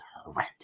horrendous